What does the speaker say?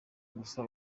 gusa